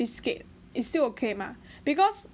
biscuit is still okay mah because